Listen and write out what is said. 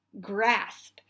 grasp